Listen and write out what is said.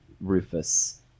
Rufus